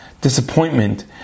disappointment